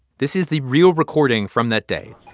this is the real recording from that day